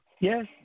Yes